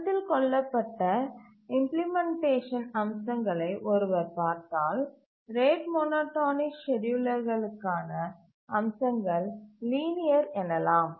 கருத்தில் கொள்ளப்பட்ட இம்பிளிமெண்டேஷன் அம்சங்களை ஒருவர் பார்த்தால் ரேட் மோனோடோனிக் ஸ்கேட்யூலர்களுக்கான அம்சங்கல் லீனியர் எனலாம்